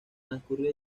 transcurrió